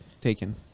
taken